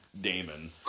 Damon